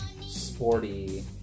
sporty